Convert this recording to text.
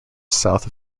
south